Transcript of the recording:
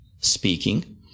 speaking